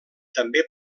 també